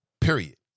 Period